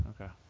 okay